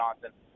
Johnson